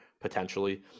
potentially